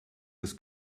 des